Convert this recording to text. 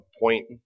point